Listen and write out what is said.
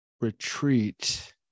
retreat